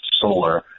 Solar